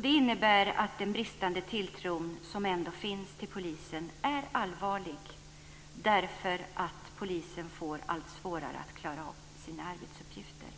Det innebär att den bristande tilltro till polisen som ändå finns är allvarlig, då polisen får allt svårare att klara sina arbetsuppgifter.